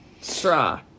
straw